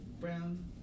brown